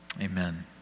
Amen